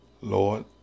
Lord